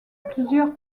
plusieurs